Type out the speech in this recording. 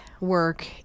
work